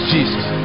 Jesus